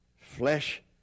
flesh